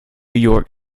york